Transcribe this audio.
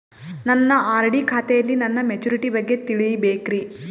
ನನ್ನ ಆರ್.ಡಿ ಖಾತೆಯಲ್ಲಿ ನನ್ನ ಮೆಚುರಿಟಿ ಬಗ್ಗೆ ತಿಳಿಬೇಕ್ರಿ